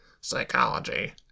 Psychology